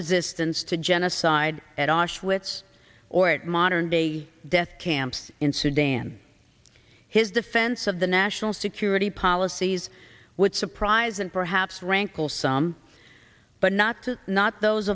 resistance to genocide at auschwitz or at modern day death camps in sudan his defense of the national security policies would surprise and perhaps rankle some but not to not those